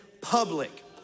public